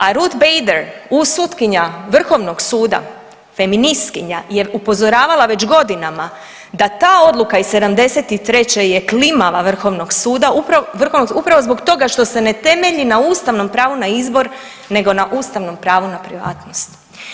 A Ruth Bader, sutkinja Vrhovnog suda feministkinja je upozoravala već godinama da ta odluka iz '73. je klimava Vrhovnog suda upravo zbog toga što se ne temelji na ustavnom pravu na izbor, nego na ustavnom pravu na privatnost.